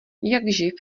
jakživ